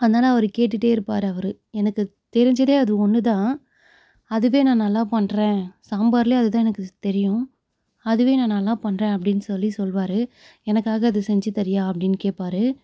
அதனால அவரு கேட்டுகிட்டே இருப்பார் அவரு எனக்கு தெரிஞ்சது அது ஒன்றுதான் அதுவே நான் நல்லா பண்றேன் சாம்பாரில் அதுதான் எனக்கு தெரியும் அதுவே நான் நல்லா பண்றேன் அப்படினு சொல்லி சொல்வார் எனக்காக அது செஞ்சு தரியா அப்படினு கேட்பாரு